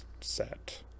set